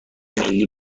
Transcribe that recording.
ملی